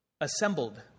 assembled